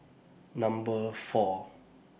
Number four